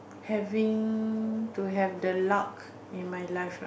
having to have the luck in my life lah